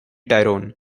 tyrone